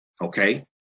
okay